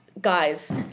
guys